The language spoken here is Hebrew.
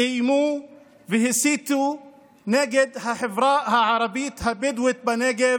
איימו והסיתו נגד החברה הערבית הבדואית בנגב